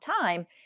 time